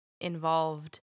involved